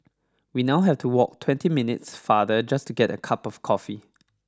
we now have to walk twenty minutes farther just to get a cup of coffee